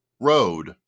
road